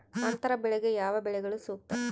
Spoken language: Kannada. ಅಂತರ ಬೆಳೆಗೆ ಯಾವ ಬೆಳೆಗಳು ಸೂಕ್ತ?